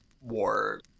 war